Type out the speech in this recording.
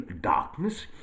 darkness